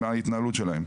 עם ההתנהלות שלהם.